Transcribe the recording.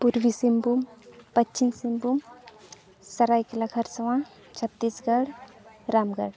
ᱯᱩᱨᱵᱤ ᱥᱚᱝᱵᱷᱩᱢ ᱯᱟᱪᱷᱤᱢ ᱥᱤᱝᱵᱷᱩᱢ ᱥᱟᱨᱟᱭᱠᱮᱞᱟ ᱠᱷᱟᱨᱥᱚᱶᱟ ᱴᱷᱚᱛᱛᱤᱥᱜᱚᱲ ᱨᱟᱢᱜᱚᱲ